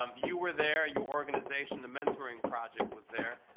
um you were there. your organization, the mentoring project, was there.